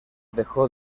dejó